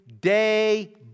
day